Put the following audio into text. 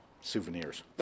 souvenirs